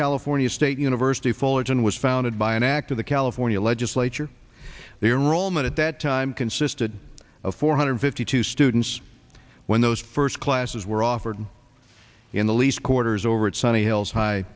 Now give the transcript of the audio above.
california state university fullerton was founded by an act of the california legislature their role met at that time consisted of four hundred fifty two students when those first classes were offered in the least quarters over it sonny hills high